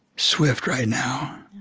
swift right now